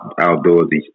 outdoorsy